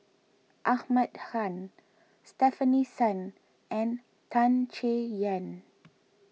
Ahmad Khan Stefanie Sun and Tan Chay Yan